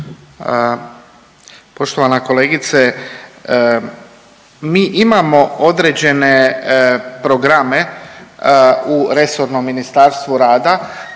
Poštovana kolegice, mi imamo određene programe u resornom Ministarstvu rada